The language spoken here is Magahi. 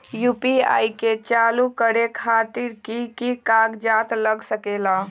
यू.पी.आई के चालु करे खातीर कि की कागज़ात लग सकेला?